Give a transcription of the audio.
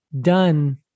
done